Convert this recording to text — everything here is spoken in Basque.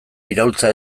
iraultza